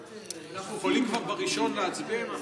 אנחנו יכולים בראשון כבר להצביע אם אנחנו,